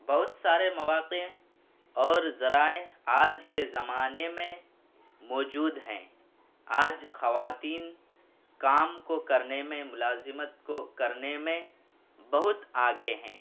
بہت سارے مواقع اور ذرائع آج کے زمانے میں موجود ہیں آج خواتین کام کو کرنے میں ملازمت کو کرنے میں بہت آگے ہیں